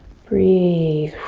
breathe.